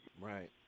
Right